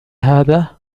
هذا